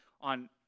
on